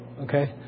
okay